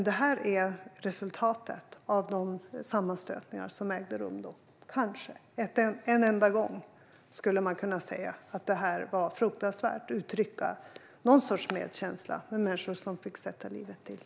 Detta är resultatet av de sammanstötningar som då ägde rum. Kanske skulle man en enda gång kunna säga att det var fruktansvärt och uttrycka någon sorts medkänsla med människor som fick sätta livet till.